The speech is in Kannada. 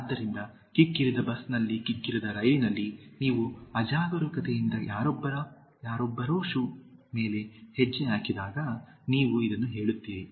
ಆದ್ದರಿಂದ ಕಿಕ್ಕಿರಿದ ಬಸ್ನಲ್ಲಿ ಕಿಕ್ಕಿರಿದ ರೈಲಿನಲ್ಲಿ ನೀವು ಅಜಾಗರೂಕತೆಯಿಂದ ಯಾರೊಬ್ಬರ ಶೂಗಳ ಮೇಲೆ ಹೆಜ್ಜೆ ಹಾಕಿದಾಗ ನೀವು ಇದನ್ನು ಹೇಳುತ್ತೀರಿ